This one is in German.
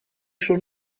schon